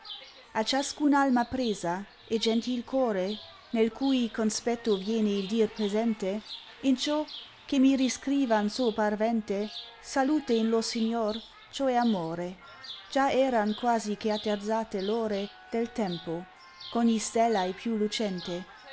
a ciascun alma presa e gentil core nel cai gonspetto viene il dir presente in ciò che mi riscrivan suo parvente salute in lor signor cioè amore già eran quasi che atterzate v ore del tempo ch'ogni stella è più lucente